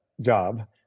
job